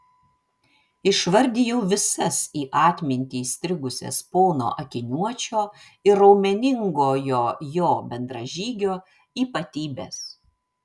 išvardijau visas į atmintį įstrigusias pono akiniuočio ir raumeningojo jo bendražygio ypatybes